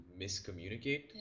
miscommunicate